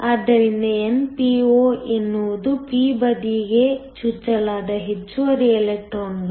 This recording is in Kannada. ಆದ್ದರಿಂದ np ಎನ್ನುವುದು p ಬದಿಯಗೆ ಚುಚ್ಚಲಾದ ಹೆಚ್ಚುವರಿ ಎಲೆಕ್ಟ್ರಾನ್ಗಳು